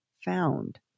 found